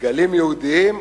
דגלים יהודיים,